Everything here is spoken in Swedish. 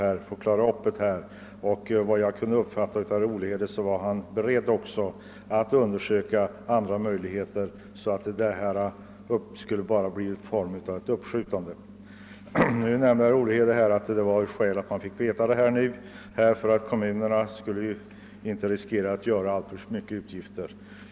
Enligt vad jag kunde uppfatta var herr Olhede också beredd att undersöka andra möjligheter, så att det bara skulle bli fråga om ett uppskov. Herr Olhede nämnde att det fanns skäl att lämna beskedet nu för att kommunerna inte skulle göra alltför stora utgifter.